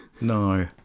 No